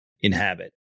inhabit